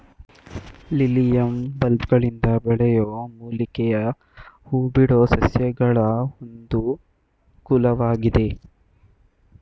lilium ಬಲ್ಬ್ಗಳಿಂದ ಬೆಳೆಯೋ ಮೂಲಿಕೆಯ ಹೂಬಿಡೋ ಸಸ್ಯಗಳ ಒಂದು ಕುಲವಾಗಿದೆ